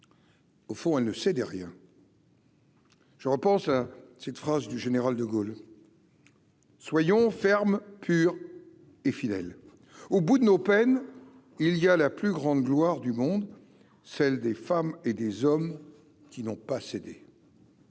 Au fond, elle ne cède rien. Je repense à cette phrase du général De Gaulle, soyons fermes pur et fidèle au bout de nos peines, il y a la plus grande gloire du monde, celle des femmes et des hommes qui n'ont pas cédé.